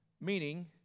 Meaning